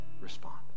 Respond